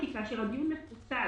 כי כאשר הדיון מפוצל,